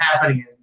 happening